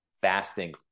Fasting